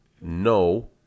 No